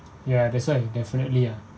ya that's why definitely ah